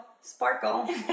sparkle